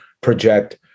project